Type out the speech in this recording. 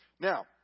now